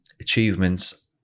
achievements